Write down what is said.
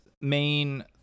main